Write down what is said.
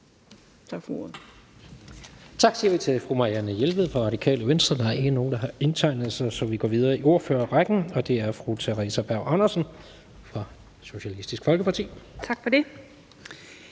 Tak siger vi til fru Marianne Jelved fra Radikale Venstre. Der er ikke nogen, der har indtegnet sig til korte bemærkninger, så vi går videre i ordførerrækken, og det er fru Theresa Berg Andersen fra Socialistisk Folkeparti. Kl.